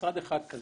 מוסד אחד כזה.